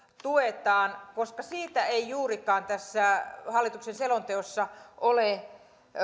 tuetaan koska siitä ei juurikaan tässä hallituksen selonteossa ole